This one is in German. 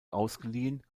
ausgeliehen